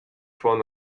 von